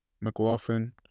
McLaughlin